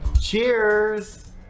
Cheers